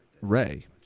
Ray